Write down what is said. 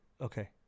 okay